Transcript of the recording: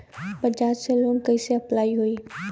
बजाज से लोन कईसे अप्लाई होई?